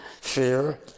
fear